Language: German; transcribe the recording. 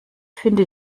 finde